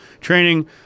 training